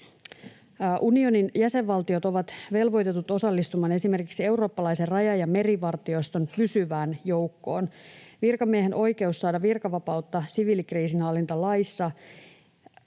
Unionin jäsenvaltiot ovat velvoitetut osallistumaan esimerkiksi Eurooppalaisen raja- ja merivartioston pysyvään joukkoon. Virkamiehen oikeus saada virkavapautta siviilikriisinhallintalaissa